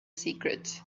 secret